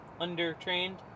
under-trained